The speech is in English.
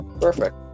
Perfect